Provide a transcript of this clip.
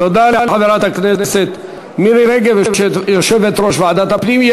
תודה לחברת הכנסת מירי רגב, יושבת-ראש ועדת הפנים.